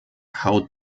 haut